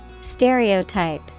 Stereotype